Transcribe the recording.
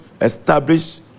establish